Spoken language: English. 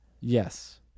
Yes